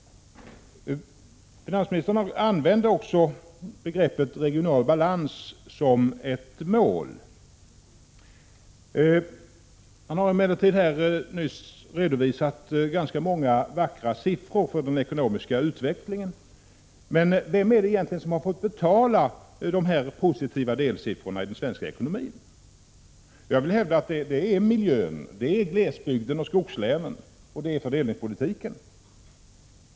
Finansministern anförde också begreppet regional balans som ett mål. Han redovisade nyss ganska många vackra siffror för den ekonomiska utvecklingen, men vem är det egentligen som har fått betala de positiva delsiffrorna i den svenska ekonomin? Jag vill hävda att det är miljön, det är glesbygden och skogslänen och det är fördelningspolitiken.